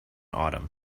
autumn